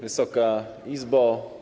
Wysoka Izbo!